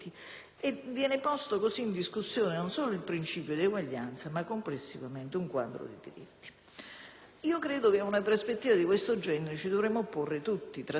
diritti. Ad una prospettiva di questo genere dovremmo opporci tutti trasversalmente perché credo che la tutela dei diritti umani, dei diritti riconosciuti universalmente,